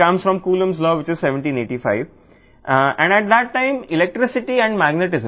ఇది Coulomb law నుండి వచ్చింది ఇది 1785 మరియు ఆ టైమ్లో విద్యుత్ మరియు మ్యాగ్నిటిజమ్